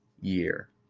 year